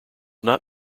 not